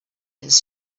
his